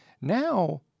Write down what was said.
now